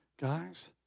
guys